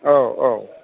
औ औ